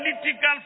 political